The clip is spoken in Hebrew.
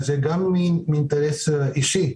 וגם מאינטרס אישי,